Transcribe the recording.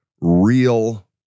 real